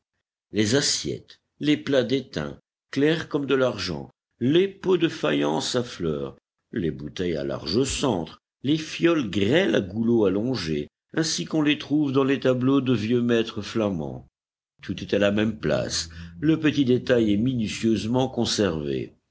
les assiettes les plats d'étain clairs comme de l'argent les pots de faïence à fleurs les bouteilles à large centre les fioles grêles à goulot allongé ainsi qu'on les trouve dans les tableaux de vieux maîtres flamands tout est à la même place le petit détail est minutieusement conservé